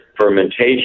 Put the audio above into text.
fermentation